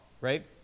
right